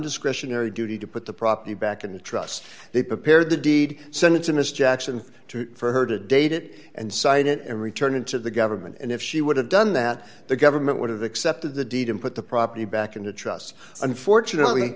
nondiscretionary duty to put the property back in the trust they prepared the deed sentence in is jackson to for her to date it and cite it and return it to the government and if she would have done that the government would have accepted the deed and put the property back into trust unfortunately